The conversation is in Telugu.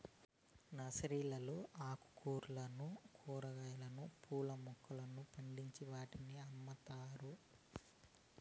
నర్సరీలలో ఆకుకూరలను, కూరగాయలు, పూల మొక్కలను పండించి వాటిని అమ్ముతారు